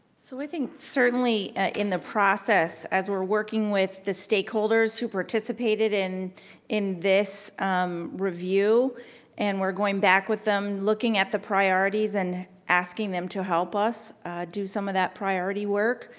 so i think certainly in the process as we're working with the stakeholders who participated in in this review and we're going back with them looking at the priorities and asking them to help us do some of that priority work,